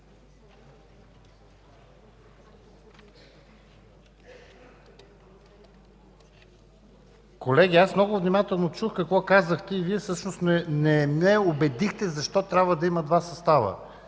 Колеги, много внимателно чух какво казахте. Всъщност не ме убедихте защо трябва да има два състава.